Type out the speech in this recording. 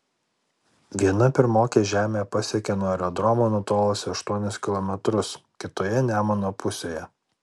viena pirmokė žemę pasiekė nuo aerodromo nutolusi aštuonis kilometrus kitoje nemuno pusėje